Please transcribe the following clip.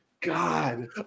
god